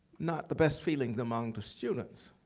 not the best feelings among the students.